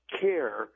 care